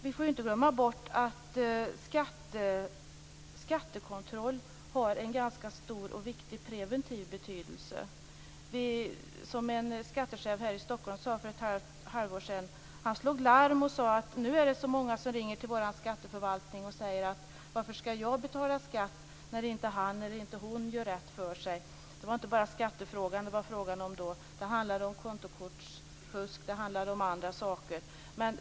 Vi får inte glömma bort att skattekontroll har en ganska stor och viktig preventiv betydelse. En skattechef här i Stockholm slog larm för ett halvår sedan och sade: Nu är det så många som ringer till vår skatteförvaltning och frågar varför de skall betala skatt när inte han eller hon gör rätt för sig. Det var inte bara skattefrågan det vara fråga om då, utan det handlade också om kontokortsfusk och andra saker.